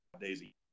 daisy